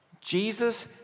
Jesus